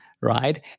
right